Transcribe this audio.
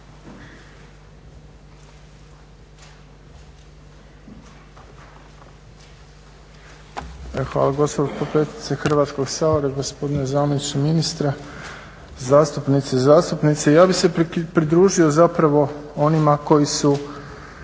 potpredsjednice Hrvatskog sabora, gospodine zamjeniče ministra, zastupnice i zastupnici. Ja bih se pridružio zapravo onima koji su